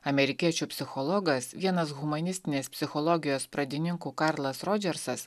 amerikiečių psichologas vienas humanistinės psichologijos pradininkų karlas rodžersas